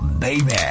baby